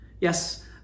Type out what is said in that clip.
Yes